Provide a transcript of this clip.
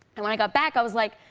and when i got back, i was like,